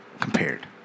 Compared